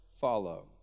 follow